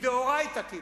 מדאורייתא כמעט.